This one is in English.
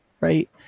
right